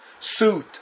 suit